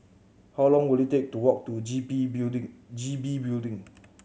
how long will it take to walk to G B Building G B Building